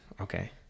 Okay